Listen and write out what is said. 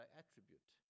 attribute